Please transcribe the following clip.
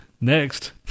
next